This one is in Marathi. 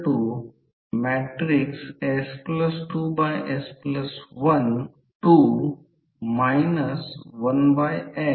हे असे आहे कारण या पाथसाठी रिलक्टन्स मिळत आहे हा दुसरा रिलक्टन्स आहे हा आणखी एक रिलक्टन्स आहे हा R1 साठी आहे हा R2 आहे आणि हा R3 आहे 3 भिन्न सेंट्रल पाथ आहेत आणि इतर दोन बाजू आहेत